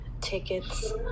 tickets